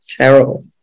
terrible